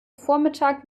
vormittag